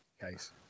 case